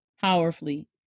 powerfully